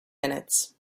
minutes